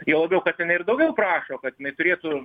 juo labiau kad jinai ir daugiau prašo kad jinai turėtų